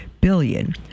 billion